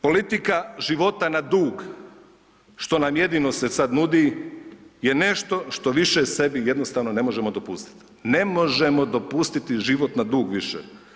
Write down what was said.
Politika života na dug što nam jedino se sad nudi je nešto što više sebi ne možemo dopustiti, ne možemo dopustiti život na dug više.